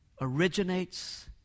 originates